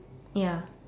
ya